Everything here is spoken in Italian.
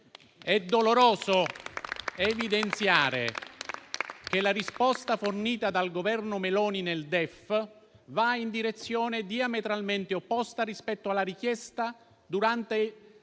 È doloroso evidenziare che la risposta fornita dal Governo Meloni nel DEF va in direzione diametralmente opposta rispetto alla richiesta avanzata